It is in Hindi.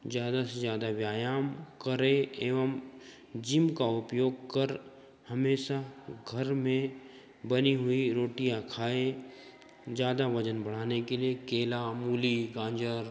ज़्यादा से ज़्यादा व्यायाम करें एवम जिम का उपयोग कर हमेशा घर में बनी हुई रोटियाँ खाएँ ज़्यादा वजन बढ़ाने के लिए केला मूली गाजर